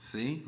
See